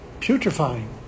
putrefying